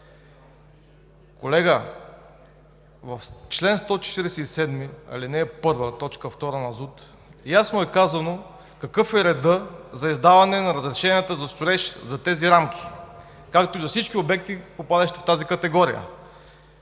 Колега, в чл. 147, ал. 1, т. 2 на ЗУТ ясно е казано какъв е редът за издаване на разрешенията за строеж за тези рамки, както и за всички обекти, попадащи в тази категория.